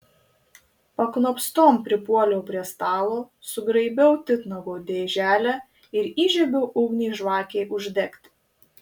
paknopstom pripuoliau prie stalo sugraibiau titnago dėželę ir įžiebiau ugnį žvakei uždegti